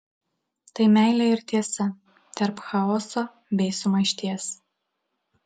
tai meilė ir tiesa tarp chaoso bei sumaišties